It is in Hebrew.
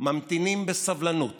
ממתינים בסבלנות